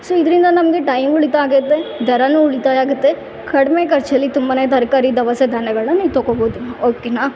so ಇದರಿಂದ ನಮಗೆ time ಉಳಿತಾ ಆಗತ್ತೆ ದರನೂ ಉಳಿತಾಯ ಆಗತ್ತೆ ಕಡ್ಮೆ ಖರ್ಚಲ್ಲಿ ತುಂಬಾನೇ ತರಕಾರಿ ದವಸ ಧಾನ್ಯಗಳ್ನ ನೀವು ತೊಕೋಬೋದು ಓಕೆನಾ